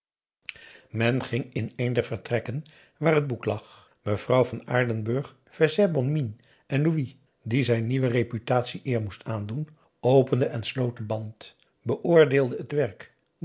men ging in een der vertrekken waar het boek lag mevrouw van aardenburg faisait bonne mine en louis die zijn nieuwe reputatie eer moest aandoen opende en sloot den band beoordeelde het werk